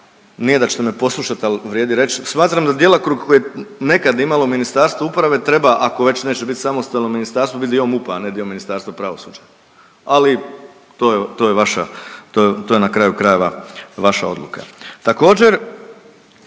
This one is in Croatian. nije da ćete me poslušat, al vrijedi reć, smatram da djelokrug koji je nekad imalo Ministarstvo uprave treba ako već neće bit samostalno ministarstvo biti dio MUP-a, a ne dio Ministarstva pravosuđa. Ali to je vaša to je na kraju krajeva vaša odluka. Također